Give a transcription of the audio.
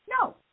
No